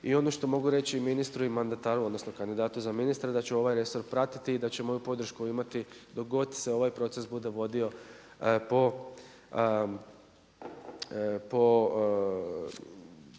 I ono što mogu reći ministru i mandataru odnosno kandidatu za ministra da će ovaj resor pratiti i da će moju podršku imati dok god se ovaj proces bude vodio po